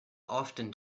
often